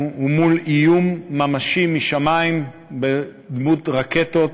הוא מול איום ממשי משמים בדמות רקטות